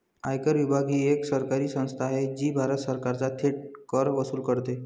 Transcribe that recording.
आयकर विभाग ही एक सरकारी संस्था आहे जी भारत सरकारचा थेट कर वसूल करते